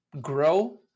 grow